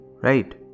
right